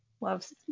loves